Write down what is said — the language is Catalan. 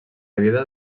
vida